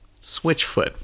Switchfoot